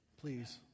Please